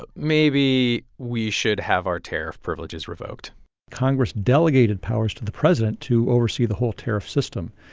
but maybe we should have our tariff privileges revoked congress delegated powers to the president to oversee the whole tariff system.